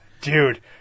Dude